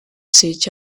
sit